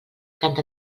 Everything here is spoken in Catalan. canta